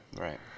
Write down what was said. Right